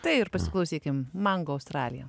tai ir pasiklausykim mango australija